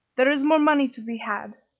there is more money to be had,